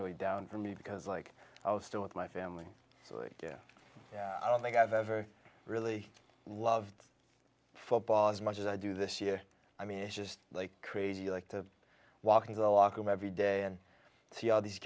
really down for me because like i was still with my family so yeah i don't think i've ever really loved football as much as i do this year i mean it's just like crazy like to walk into the locker room every day and see all these